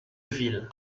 ville